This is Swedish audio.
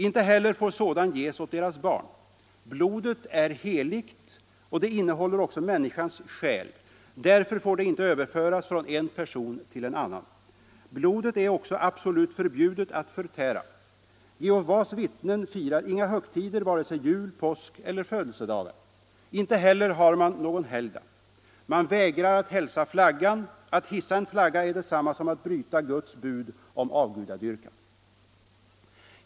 Inte heller får sådan ges åt deras barn. Blodet är heligt och det innehåller även människans själ; därför får det inte överföras från en person till en annan. Blodet är också absolut förbjudet att förtära. Jehovas vittnen firar inga högtider, vare sig jul, påsk eller födelsedagar. Inte heller har man någon helgdag. Man vägrar att hälsa flaggan. Att hissa en flagga är detsamma som att bryta Guds bud om avgudadyrkan.